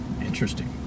interesting